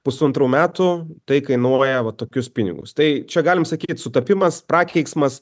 pusantrų metų tai kainuoja va tokius pinigus tai čia galim sakyt sutapimas prakeiksmas